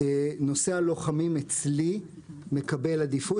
נושא הלוחמים אצלי מקבל עדיפות,